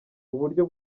uburyo